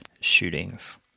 shootings